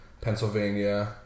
Pennsylvania